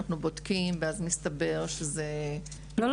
אנחנו בודקים ואז מסתבר שזה --- לא,